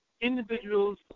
individuals